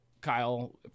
Kyle